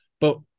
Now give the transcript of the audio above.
But-